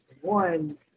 one